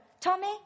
Tommy